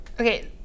Okay